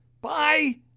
bye